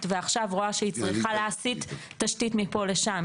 ועכשיו רואה שהיא צריכה להסיט תשתית מפה לשם.